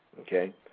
okay